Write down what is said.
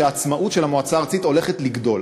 שהעצמאות של המועצה הארצית הולכת לגדול.